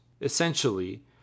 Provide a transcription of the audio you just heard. Essentially